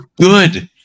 good